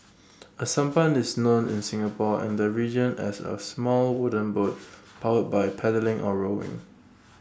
A sampan is known in Singapore and the region as A small wooden boat powered by paddling or rowing